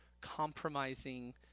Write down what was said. compromising